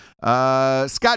Scott